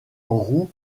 roux